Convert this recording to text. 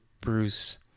Bruce